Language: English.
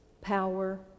power